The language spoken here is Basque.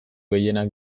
gehienak